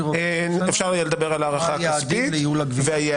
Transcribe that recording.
אפשר יהיה לדבר על הערכה כספית והיעדים.